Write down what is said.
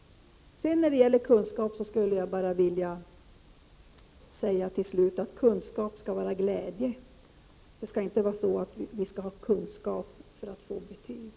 Låt mig till sist säga att kunskap skall vara glädje. Vi skall inte skaffa oss kunskaper bara för att få betyg.